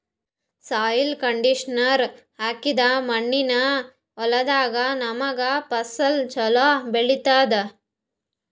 soil conditioner ಹಾಕಿದ್ದ್ ಮಣ್ಣಿನ್ ಹೊಲದಾಗ್ ನಮ್ಗ್ ಫಸಲ್ ಛಲೋ ಬೆಳಿತದ್